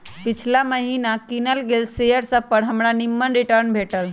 पिछिला महिन्ना किनल गेल शेयर सभपर हमरा निम्मन रिटर्न भेटल